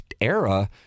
era